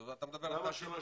זאת אומרת אתה מדבר על תשפ"א.